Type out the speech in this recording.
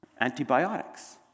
Antibiotics